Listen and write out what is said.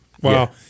Wow